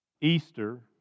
Easter